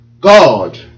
God